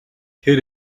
тэр